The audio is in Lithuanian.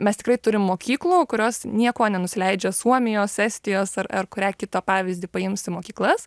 mes tikrai turim mokyklų kurios niekuo nenusileidžia suomijos estijos ar ar kurią kitą pavyzdį paimsi mokyklas